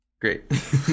great